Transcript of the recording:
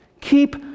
Keep